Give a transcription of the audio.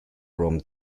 from